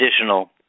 additional